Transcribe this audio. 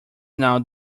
now